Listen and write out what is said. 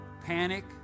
panic